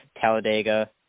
Talladega